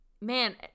man